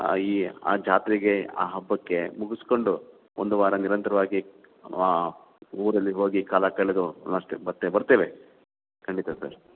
ಈ ಆ ಜಾತ್ರೆಗೆ ಆ ಹಬ್ಬಕ್ಕೆ ಮುಗಿಸ್ಕೊಂಡು ಒಂದು ವಾರ ನಿರಂತರವಾಗಿ ಊರಲ್ಲಿ ಹೋಗಿ ಕಾಲ ಕಳೆದು ಮತ್ತೆ ಬರ್ ಬರ್ತೇವೆ ಖಂಡಿತ ಸರ್